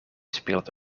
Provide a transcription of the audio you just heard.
speelt